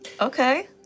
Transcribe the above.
Okay